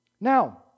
Now